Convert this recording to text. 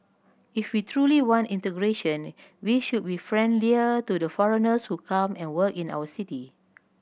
if we truly want integration we should be friendlier to the foreigners who come and work in our city